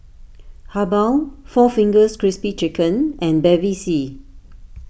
Habhal four Fingers Crispy Chicken and Bevy C